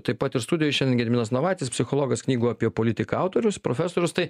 taip pat ir studijoj šiandien gediminas navaitis psichologas knygų apie politiką autorius profesorius tai